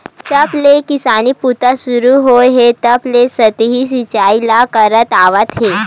जब ले किसानी बूता सुरू होए हे तब ले सतही सिचई ल करत आवत हे